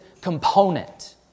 component